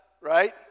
right